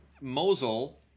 Mosul